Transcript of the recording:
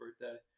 birthday